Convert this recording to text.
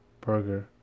burger